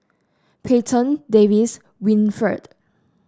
Payton Davis Winnifred